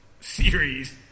series